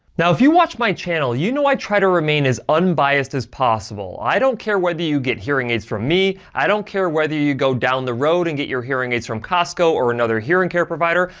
now if you watch my channel, you know i try to remain as unbiased as possible. i don't care whether you get hearing aids from me. i don't care whether you go down the road and get your hearing aids from costco or another hearing care provider.